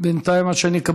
לאה פדידה, עליזה